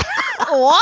um oh,